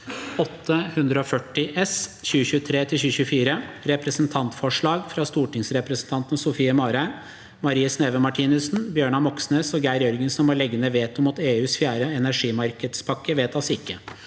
8:140 S (2023–2024) – Representantforslag fra stortingsrepresentantene Sofie Marhaug, Marie Sneve Martinussen, Bjørnar Moxnes og Geir Jørgensen om å legge ned veto mot EUs fjerde energimarkedspakke – vedtas ikkje.